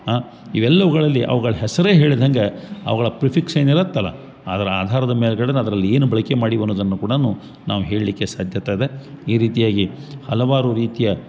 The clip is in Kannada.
ಇವೆಲ್ಲವುಗಳಲ್ಲಿ ಅವ್ಗಳ ಹೆಸರೇ ಹೇಳ್ದಂಗೆ ಅವುಗಳ ಪ್ರಿಫಿಕ್ಸ್ ಏನಿರುತ್ತಲ್ಲ ಅದ್ರ ಆಧಾರದ ಮೇಲ್ಗಡೆನ ಅದ್ರಲ್ಲೇನು ಬಳಕೆ ಮಾಡಿವನ್ನೋದನ್ನು ಕೂಡಾನು ನಾವು ಹೇಳಲಿಕ್ಕೆ ಸಾಧ್ಯತೆಯಿದೆ ಈ ರೀತಿಯಾಗಿ ಹಲವಾರು ರೀತಿಯ